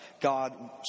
God